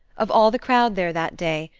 of all the crowd there that day,